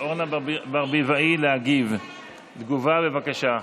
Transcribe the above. אורנה ברביבאי תגובה, בבקשה.